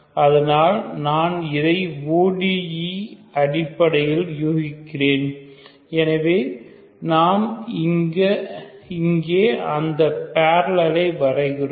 அதனால் நான் இதை ODE அடிப்படையில் யூகிக்கிறேன் எனவே நாம் இங்கே அந்த பேரலலை வரைகிறோம்